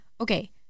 okay